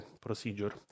procedure